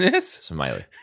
smiley